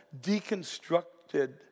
deconstructed